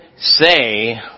say